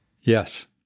Yes